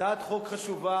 הצעת חוק חשובה,